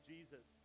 Jesus